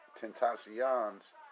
Tentacion's